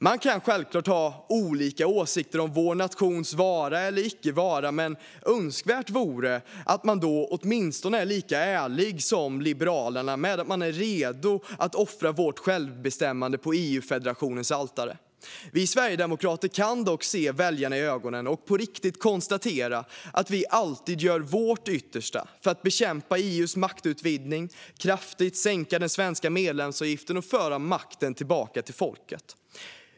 Man kan självklart ha olika åsikter om vår nations vara eller icke vara, men önskvärt vore att man då åtminstone är lika ärlig som Liberalerna med att man är redo att offra vårt självbestämmande på EU-federationens altare. Vi sverigedemokrater kan dock se väljarna i ögonen och på riktigt konstatera att vi alltid gör vårt yttersta för att bekämpa EU:s maktutvidgning, kraftigt sänka den svenska medlemsavgiften och föra makten tillbaka till folket.